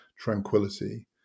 tranquility